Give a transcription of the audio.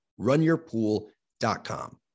runyourpool.com